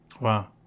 wow